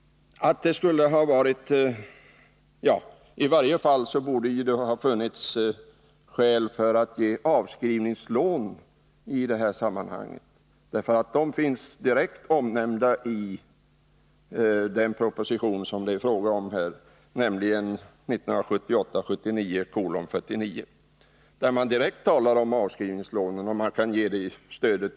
I varje fall borde det ha funnits skäl att ge avskrivningslån i detta sammanhang. I den proposition som det här gäller, nämligen proposition 1978/79:49, talar man direkt om att stödet kan ges i form av avskrivningslån.